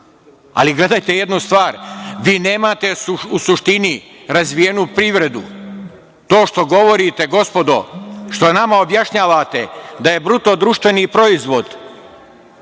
ali gledajte jednu stvar, vi nemate u suštini razvijenu privredu. To što govorite gospodo, što nam objašnjavate da je BDP u Srbiji